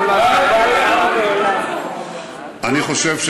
אני חושב,